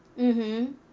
mmhmm